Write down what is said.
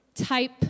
type